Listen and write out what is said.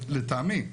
לטעמי,